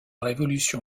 révolution